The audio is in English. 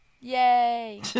Yay